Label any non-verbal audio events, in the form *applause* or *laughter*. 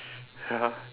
*laughs*